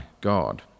God